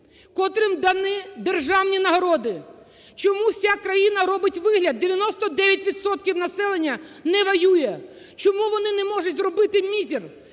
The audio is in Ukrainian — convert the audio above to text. котрим дані державні нагороди? Чому вся країна робить вигляд - 99 відсотків населення не воює, - чому вони не можуть зробити мізер: